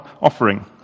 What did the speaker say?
offering